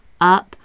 up